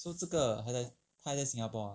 so 这个还在他还在 Singapore ah